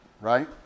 right